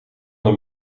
een